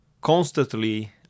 constantly